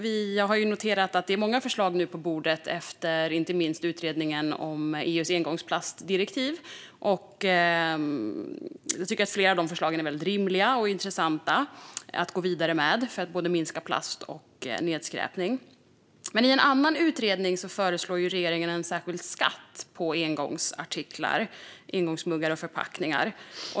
Jag har noterat att det är många förslag på bordet efter inte minst utredningen om EU:s engångsplastdirektiv. Jag tycker att flera av förslagen är rimliga och intressanta att gå vidare med för att minska mängden plast och nedskräpning. I en annan utredning föreslår regeringen en särskild skatt på engångsartiklar, till exempel engångsmuggar och förpackningar.